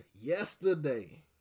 yesterday